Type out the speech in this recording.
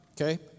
okay